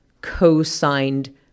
co-signed